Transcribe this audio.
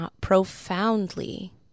profoundly